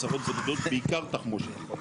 בעיקר תחמושת.